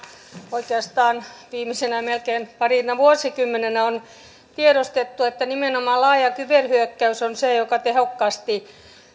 oikeastaan viimeisenä melkein parina vuosikymmenenä on tiedostettu että nimenomaan laaja kyberhyökkäys on se joka tehokkaasti